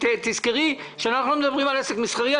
ותזכרי שאנחנו לא מדברים על עסק מסחרי,